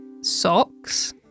Socks